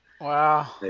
Wow